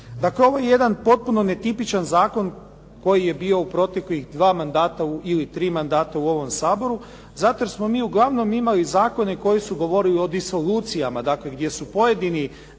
Dakle, ovo je jedan potpuno netipičan zakon koji je bio u proteklih dva mandata ili tri mandata u ovom Saboru zato jer smo mi uglavnom imali zakone koji su govorili o disolucijalma, dakle gdje su pojedini